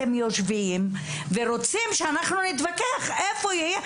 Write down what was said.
אתם יושבים ורוצים שאנחנו נתווכח איפה זה יהיה.